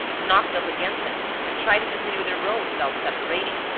knocked up against them and tried to continue their road without separating.